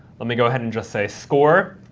let me go ahead and just say score.